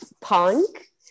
punk